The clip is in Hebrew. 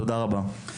תודה רבה.